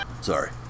Sorry